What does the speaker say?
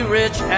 rich